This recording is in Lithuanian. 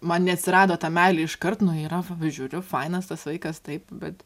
man neatsirado ta meilė iškart nu yra va žiūriu fainas tas vaikas taip bet